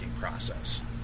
process